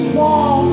more